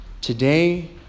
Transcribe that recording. Today